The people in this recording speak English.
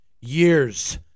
years